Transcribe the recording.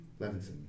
Levinson